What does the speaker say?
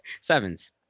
Sevens